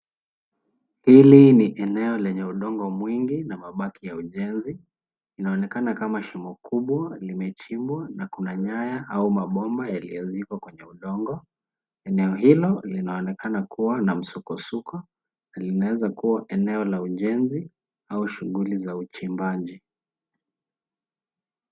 Hili ni eneo lenye udongo mwingi na mabaki ya ujenzi, inaonekana kama shimo kubwa limechimbwa na kuna nyaya au mabomba yaliyozikwa kwenye udongo. Eneo hilo linaonekana kuwa na msukosuko na linaezakuwa eneo la ujenzi au shughuli za uchimbaji.